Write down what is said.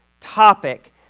topic